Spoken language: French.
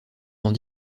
dans